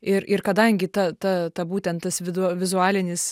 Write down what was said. ir ir kadangi ta ta ta būtent tas vid vizualinis